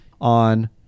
on